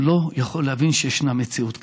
לא יכול להבין שישנה מציאות כזאת.